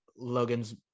Logan's